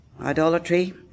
idolatry